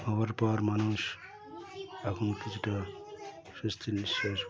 হওয়ার পর মানুষ এখন কিছুটা স্বস্তির নিঃশ্বাস